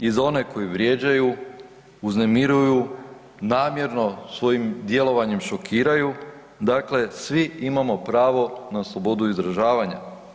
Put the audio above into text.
I za one koji vrijeđaju, uznemiruju namjerno svojim djelovanjem šokiraju, dakle svi imamo pravo na slobodu izražavanja.